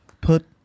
Put